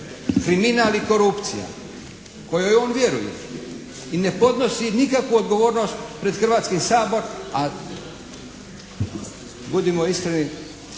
kriminal i korupcija kojoj on vjeruje i ne podnosi nikakvu odgovornost pred Hrvatski sabor, a budimo iskreni